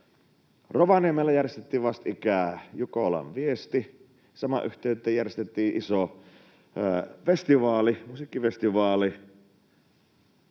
Rovaniemellä järjestettiin vastikään Jukolan viesti, ja samaan yhteyteen järjestettiin iso musiikkifestivaali.